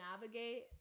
navigate